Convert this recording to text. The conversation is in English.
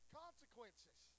consequences